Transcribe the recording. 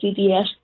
CDS